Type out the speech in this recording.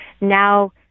Now